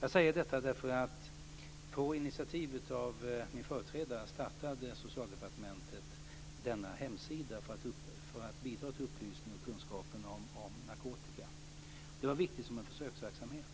Jag säger det därför att på initiativ av min företrädare startade Socialdepartementet denna hemsida för att bidra till upplysningen och kunskapen om narkotika. Det var viktigt som en försöksverksamhet.